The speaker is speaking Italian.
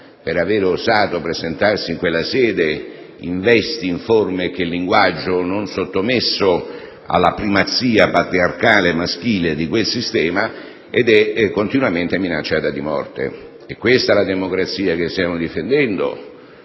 per aver osato presentarsi in quella sede in vesti, in forme e con un linguaggio non sottomessi alla primazia patriarcale maschile di quel sistema ed è continuamente minacciata di morte. È questa la democrazia che stiamo difendendo?